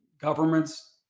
governments